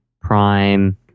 Prime